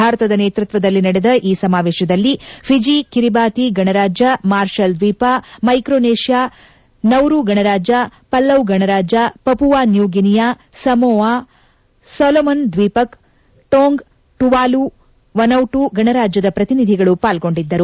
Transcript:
ಭಾರತದ ನೇತೃತ್ವದಲ್ಲಿ ನಡೆದ ಈ ಸಮಾವೇಶದಲ್ಲಿ ಫಿಜಿ ಕಿರಿಬಾತಿ ಗಣರಜ್ಯ ಮಾರ್ಷಲ್ ದ್ವೀಪ ಮೈಕ್ರೊನೇಷ್ಲಾ ನೌರು ಗಣರಾಜ್ಯ ಪಲೌವ್ ಗಣರಾಜ Papua New Guinea Samoa Solomon ದ್ವೀಪಕ್ ಟೊಂಗ ಟುವಾಲು ವನೌಟು ಗಣರಾಜ್ಯದ ಪ್ರತಿನಿಧಿಗಳು ಪಾಲ್ಗೊಂಡಿದ್ದರು